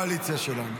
זו הקואליציה שלנו.